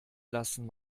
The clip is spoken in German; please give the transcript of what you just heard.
lassen